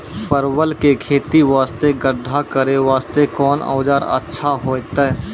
परवल के खेती वास्ते गड्ढा करे वास्ते कोंन औजार अच्छा होइतै?